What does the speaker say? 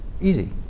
Easy